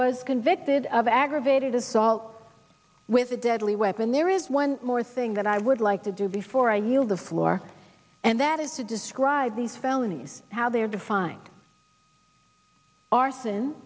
was convicted of aggravated assault with a deadly weapon there is one more thing that i would like to do before i yield the floor and that is to describe these felonies how they're defined arson